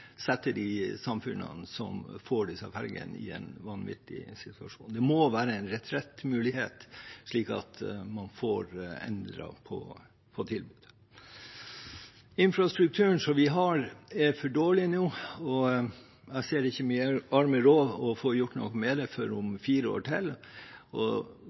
setter de samfunnene som får disse ferjene, i en vanvittig situasjon. Det må være en retrettmulighet, slik at man får endret på tilbudet. Infrastrukturen vi har, er for dårlig nå, og jeg ser ikke min arme råd med tanke på å få gjort noe med det før om